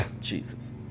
Jesus